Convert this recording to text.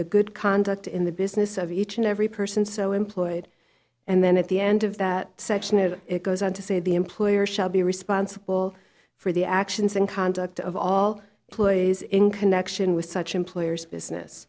the good conduct in the business of each and every person so employed and then at the end of that section and it goes on to say the employer shall be responsible for the actions and conduct of all ploys in connection with such employer's business